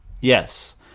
Yes